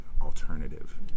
alternative